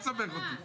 אל תסבך אותי.